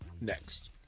next